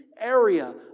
area